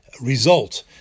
result